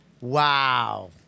Wow